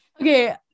Okay